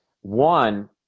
one